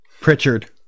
Pritchard